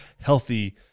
healthy